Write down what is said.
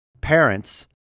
parents